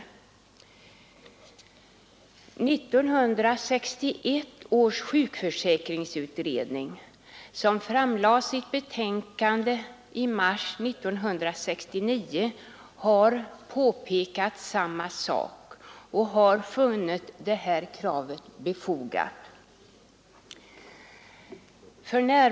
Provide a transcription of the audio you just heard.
Också 1961 års sjukförsäkringsutredning, som framlade sitt betänkande i mars 1969, har funnit det kravet befogat.